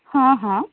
ହଁ ହଁ